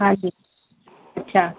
हांजी अछा